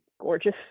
gorgeous